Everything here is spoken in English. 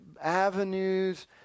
avenues